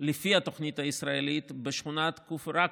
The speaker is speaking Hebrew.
לפי התוכנית הישראלית בשכונת כפר עקב,